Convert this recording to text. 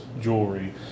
jewelry